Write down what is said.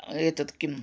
एतत् किं